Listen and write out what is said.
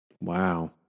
Wow